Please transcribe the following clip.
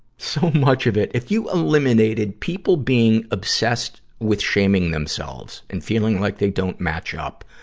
so much of it if you eliminated people being obsessed with shaming themselves and feeling like they don't match up,